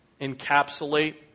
encapsulate